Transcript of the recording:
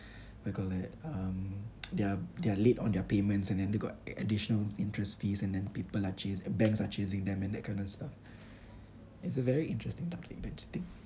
what you call that um they are they are late on their payments and then they got additional interest fees and then people are chase uh banks are chasing them and that kind of stuff it's a very interesting topic don't you think